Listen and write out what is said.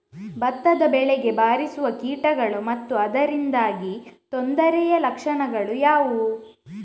ಭತ್ತದ ಬೆಳೆಗೆ ಬಾರಿಸುವ ಕೀಟಗಳು ಮತ್ತು ಅದರಿಂದಾದ ತೊಂದರೆಯ ಲಕ್ಷಣಗಳು ಯಾವುವು?